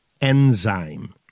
enzyme